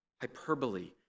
hyperbole